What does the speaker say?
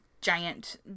giant